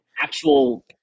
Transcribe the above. actual